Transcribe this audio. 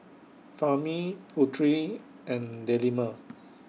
Fahmi Putri and Delima